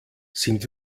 sind